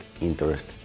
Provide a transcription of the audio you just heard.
interest